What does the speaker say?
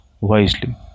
wisely